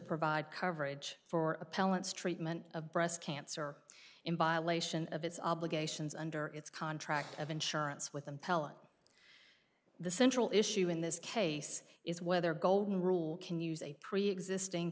provide coverage for appellants treatment of breast cancer in violation of its obligations under its contract of insurance with appellant the central issue in this case is whether golden rule can use a preexisting